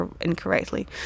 incorrectly